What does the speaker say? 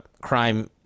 crime